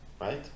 Right